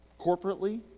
corporately